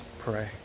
pray